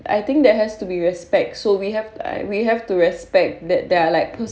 I think there has to be respect so we have we have to respect that they are like cause